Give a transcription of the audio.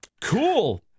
Cool